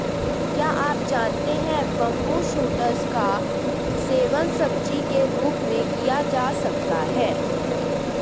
क्या आप जानते है बम्बू शूट्स का सेवन सब्जी के रूप में किया जा सकता है?